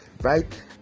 right